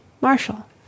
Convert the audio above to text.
Marshall